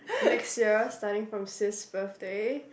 next year starting from sis birthday